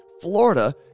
Florida